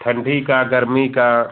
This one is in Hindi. ठंडी का गर्मी का